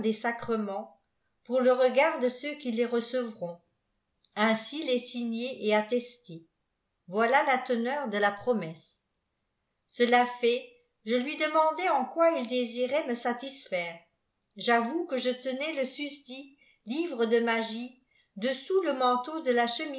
vjstleurâessaerementg pour le regard de ceux qui les recevront ainéî tai sfîgné et atteètç voil la teneur de la promesse a fait je lui demandai en quoi il désirait me satisfmre f o tte qpe je tenais le susdit livre de magie dessous le mantçfau de là